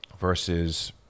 versus